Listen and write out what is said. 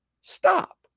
Stop